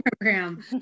program